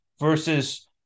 versus